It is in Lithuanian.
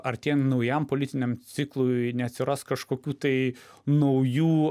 artėjant naujam politiniam ciklui neatsiras kažkokių tai naujų